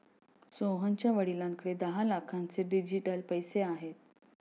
सोहनच्या वडिलांकडे दहा लाखांचे डिजिटल पैसे आहेत